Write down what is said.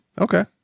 Okay